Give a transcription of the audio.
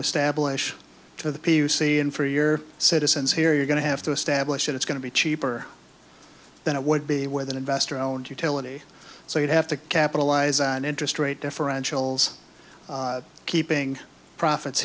establish to the p c and for your citizens here you're going to have to establish that it's going to be cheaper than it would be with an investor owned utility so you'd have to capitalize on interest rate differential zz keeping profits